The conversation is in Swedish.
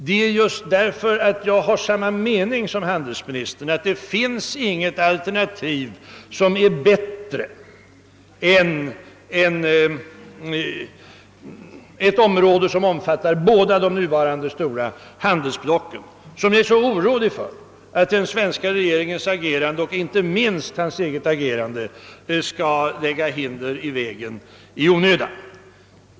Det är just därför att jag har samma mening som handelsministern, att det inte finns något alternativ som är bättre än ett område innefattande båda de nuvarande stora handelsblocken, som jag är så orolig för att den svenska regeringens agerande — och inte minst handelsministerns eget agerande — skall lägga onödiga hinder i vägen.